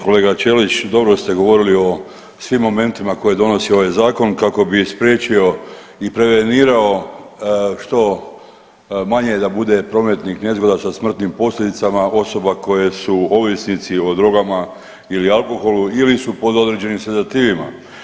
Kolega Ćelić, dobro ste govorili o svim momentima koje donosi ovaj zakon kako bi spriječio i prevenirao što manje da bude prometnih nezgoda sa smrtnim posljedicama osoba koje su ovisnici o drogama ili alkoholu ili su pod određenim sedativima.